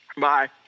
Bye